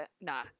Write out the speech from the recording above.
nah